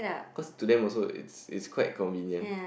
cause to them also it's it's quite convenient